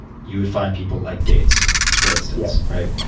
you would find people like gates, for instance, right?